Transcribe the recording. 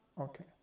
Okay